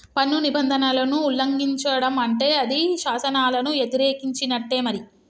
పన్ను నిబంధనలను ఉల్లంఘిచడం అంటే అది శాసనాలను యతిరేకించినట్టే మరి